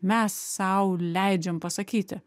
mes sau leidžiam pasakyti